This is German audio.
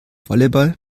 volleyball